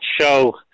show